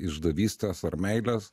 išdavystės ar meilės